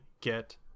get